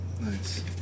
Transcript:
Nice